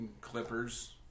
Clippers